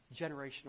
generational